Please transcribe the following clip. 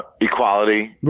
Equality